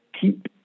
keep